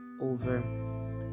over